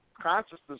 consciousness